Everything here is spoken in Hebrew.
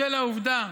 בשל העובדה